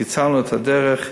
קיצרנו את הדרך.